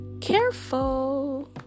careful